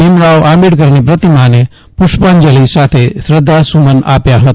ભીમરાવ આંબેડકરની પ્રતિમાને પૃષ્પાંજલિ સાથે શ્રધ્ધાસુમન આપ્યા હતા